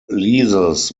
leases